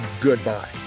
goodbye